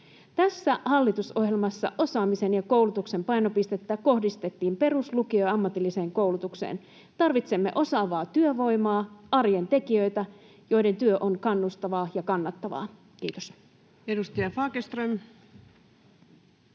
Tässä hallitusohjelmassa osaamisen ja koulutuksen painopistettä kohdistettiin perus-, lukion ja ammatilliseen koulutukseen. Tarvitsemme osaavaa työvoimaa: arjen tekijöitä, joiden työ on kannustavaa ja kannattavaa. — Kiitos. [Speech